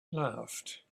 laughed